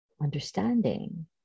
understanding